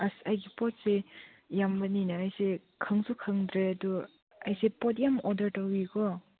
ꯑꯁ ꯑꯩꯒꯤ ꯄꯣꯠꯁꯤ ꯌꯥꯝꯕꯅꯤꯅ ꯑꯩꯁꯦ ꯈꯪꯁꯨ ꯈꯪꯗ꯭ꯔꯦ ꯑꯗꯨ ꯑꯩꯁꯦ ꯄꯣꯠ ꯌꯥꯝ ꯑꯣꯗꯔ ꯇꯧꯏꯀꯣ